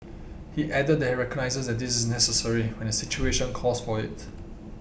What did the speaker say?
he added that he recognises that this is necessary when the situation calls for it